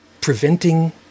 preventing